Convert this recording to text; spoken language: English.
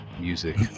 music